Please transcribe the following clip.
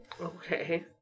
Okay